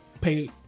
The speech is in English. pay